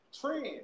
Trend